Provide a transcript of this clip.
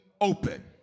open